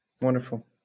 Wonderful